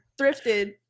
thrifted